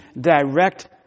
direct